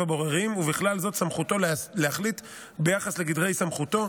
הבוררים ובכלל זאת סמכותו להחליט ביחס לגדרי סמכותו,